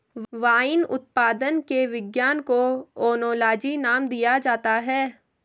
wine उत्पादन के विज्ञान को ओनोलॉजी नाम दिया जाता है